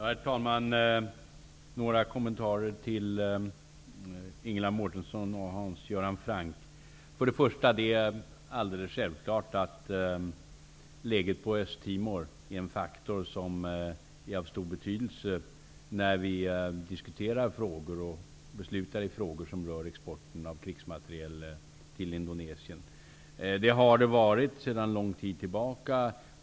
Herr talman! Jag vill ge några kommentarer till Först och främst är det alldels självklart att läget på Östtimor är en faktor som är av stor betydelse när vi diskuterar och beslutar i frågor som rör exporten av krigsmateriel till Indonesien. Det har det varit sedan lång tid tillbaka.